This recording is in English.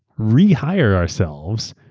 rehire ourselves,